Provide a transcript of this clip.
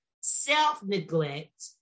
self-neglect